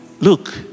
look